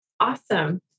Awesome